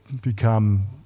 become